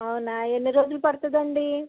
అవునా ఎన్ని రోజులు పడుతుందండి